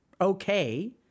okay